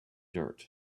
dirt